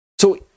so